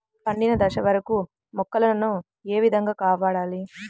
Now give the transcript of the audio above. పండిన దశ వరకు మొక్కల ను ఏ విధంగా కాపాడాలి?